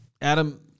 Adam